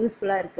யூஸ்ஃபுல்லாக இருக்குது